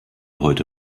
heute